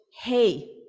hey